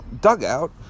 dugout